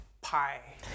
pie